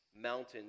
mountains